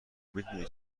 میدونی